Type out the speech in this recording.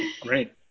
Great